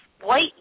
white